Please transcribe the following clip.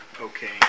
okay